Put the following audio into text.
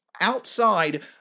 outside